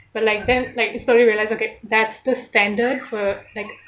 but like then like you slowly realize okay that's the standard for like